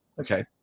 Okay